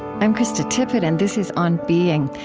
i'm krista tippett, and this is on being.